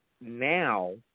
now